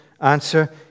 Answer